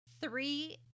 three